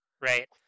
right